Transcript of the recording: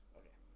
okay